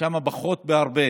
שם הרבה פחות,